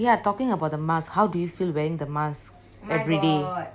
oh ya talking about the mask how do you feel wearing the mask everyday